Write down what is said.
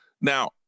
Now